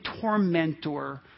tormentor